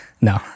No